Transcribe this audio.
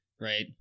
right